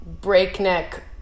breakneck